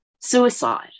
suicide